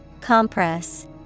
Compress